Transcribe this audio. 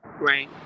Right